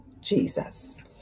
Jesus